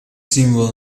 символ